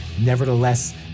Nevertheless